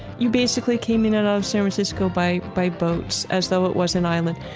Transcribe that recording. you basically came in out of san francisco by by boats, as though it was an island.